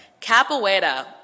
Capoeira